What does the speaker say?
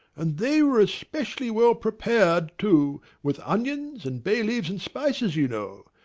and they were especially well prepared, too, with onions and bay-leaves and spices, you know.